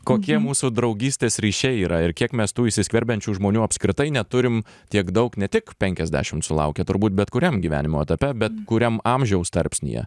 kokie mūsų draugystės ryšiai yra ir kiek mes tų įsiskverbiančių žmonių apskritai neturim tiek daug ne tik penkiasdešim sulaukę turbūt bet kuriam gyvenimo etape bet kuriam amžiaus tarpsnyje